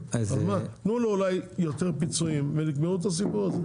תנו לו אולי יותר פיצויים ותגמרו את הסיפור הזה.